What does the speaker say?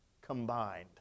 combined